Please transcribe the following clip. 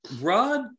Rod